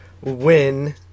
win